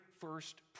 first